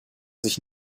sich